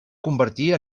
convertir